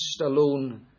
alone